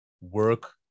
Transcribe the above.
work